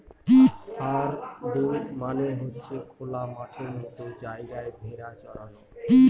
herding মানে হচ্ছে খোলা মাঠের মতো জায়গায় ভেড়া চরানো